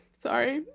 sorry,